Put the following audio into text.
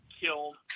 killed